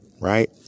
right